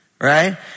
Right